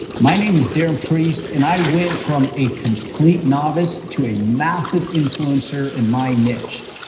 my name is darren priest and i went from a complete novice to a massive influencer in my niche.